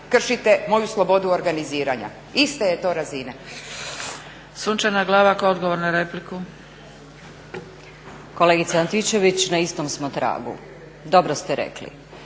kršite moju slobodu organiziranja, iste je to razine.